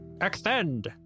extend